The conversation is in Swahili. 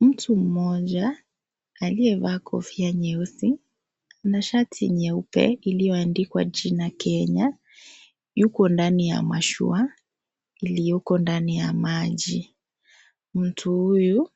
Mtu mmoja aliyevaa kofia nyeusi na shati nyeupe iliyoandikwa jina KENYA yuko ndani ya mashua iliyoko ndani ya maji. Mtu huyu